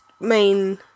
main